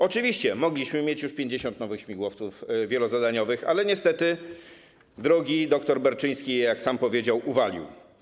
Oczywiście mogliśmy mieć już 50 nowych śmigłowców wielozadaniowych, ale niestety drogi dr Berczyński, jak sam powiedział, je uwalił.